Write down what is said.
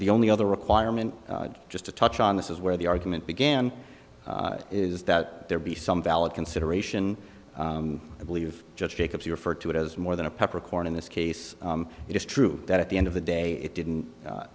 the only other requirement just to touch on this is where the argument began is that there be some valid consideration i believe just because you refer to it as more than a peppercorn in this case it is true that at the end of the day it didn't u